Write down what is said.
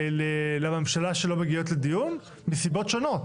לממשלה שלא מגיעות לדיון מסיבות שונות?